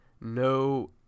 no